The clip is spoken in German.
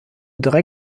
wieder